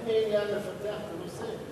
אין לי עניין לפתח את הנושא.